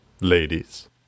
Ladies